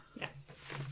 Yes